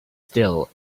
still